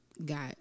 got